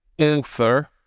Author